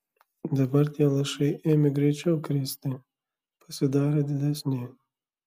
dabar tie lašai ėmė greičiau kristi pasidarė didesni